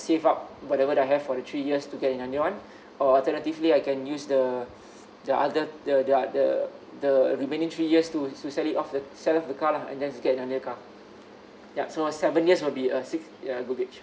save up whatever that I have for the three years to get another one or alternatively I can use the the other the the the the remaining three years to to sell it off the sell off the car lah and then just get another new car ya seven years would be six ya good age